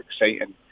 exciting